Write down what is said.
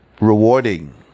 rewarding